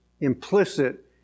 implicit